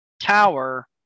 tower